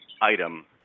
item